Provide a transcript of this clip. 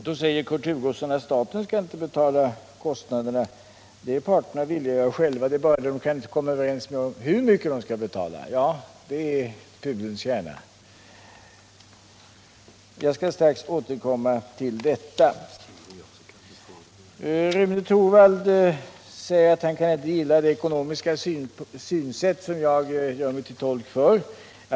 Då säger Kurt Hugosson att staten inte skall betala kostnaderna. Det är parterna själva villiga att göra. Problemet är bara att de inte kan komma överens om hur mycket de skall betala. Ja, det är pudelns kärna. Jag skall strax återkomma till detta. Rune Torwald säger, att han inte kan gilla det ekonomiska synsätt som jag gör mig till tolk för.